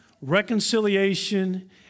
reconciliation